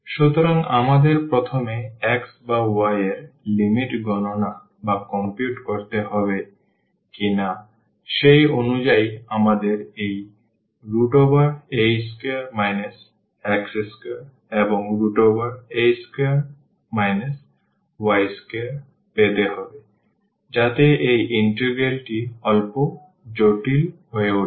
সুতরাং আমাদের প্রথমে x বা y এর লিমিট গণনা করতে হবে কিনা সেই অনুযায়ী আমাদের এই a2 x2 এবং a2 y2 পেতে হবে যাতে এই ইন্টিগ্রালটি অল্প জটিল হয়ে উঠবে